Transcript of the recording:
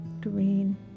green